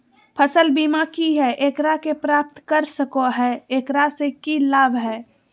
फसल बीमा की है, एकरा के प्राप्त कर सको है, एकरा से की लाभ है?